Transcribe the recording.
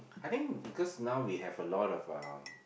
I think because now we have a lot um